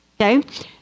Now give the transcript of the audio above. Okay